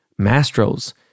Mastro's